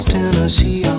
Tennessee